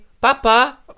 Papa